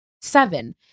seven